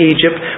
Egypt